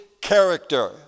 character